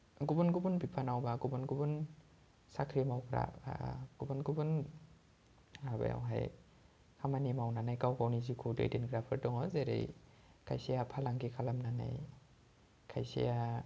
गुबुन गुबुन बिफानाव बा गुबुन गुबुन साख्रि मावग्रा बा गुबुन गुबुन माबायावहाय खामानि मावनानै गाव गावनि जिउखौ दैदेनग्राफोर दङ जेरै खायसेआ फालांगि खालामनानै खायसेआ